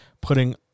putting